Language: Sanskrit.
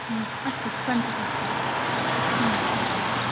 अस्तु पञ्चषष्टिः अस्तु अस्तु